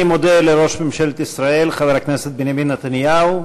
אני מודה לראש ממשלת ישראל חבר הכנסת בנימין נתניהו,